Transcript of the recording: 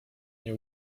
nie